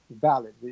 valid